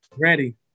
Ready